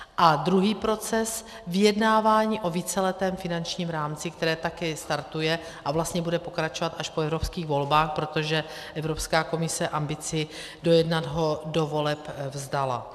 A druhý proces, vyjednávání o víceletém finančním rámci, které také startuje a vlastně bude pokračovat až po evropských volbách, protože Evropská komise ambici dojednat ho do voleb vzdala.